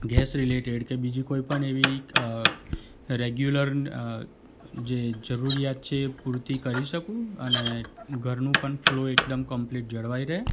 gas related કે બીજી કોઈપણ એવી રેગ્યુલર જે જરૂરિયાત છે એ પૂરતી કરી શકું અને ઘરનું પણ ફ્લો એકદમ કંપલીટ જળવાઈ રહે